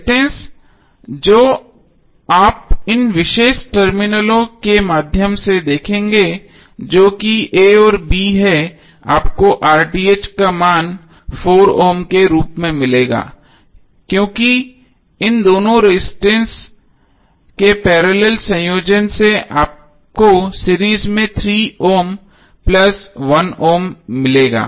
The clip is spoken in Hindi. रजिस्टेंस जो आप इन विशेष टर्मिनलों के माध्यम से देखेंगे जो कि a और b है आपको का मान 4 ओम के रूप में मिलेगा क्योंकि इन दोनों रजिस्टेंस के पैरेलल संयोजन से आपको सीरीज में 3 ओम प्लस 1 ओम मिलेगा